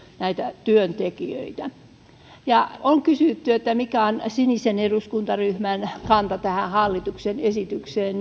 näitä työntekijöitä on kysytty mikä on sinisen eduskuntaryhmän kanta tähän hallituksen esitykseen